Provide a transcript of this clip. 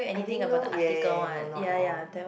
I didn't know ya ya ya no not at all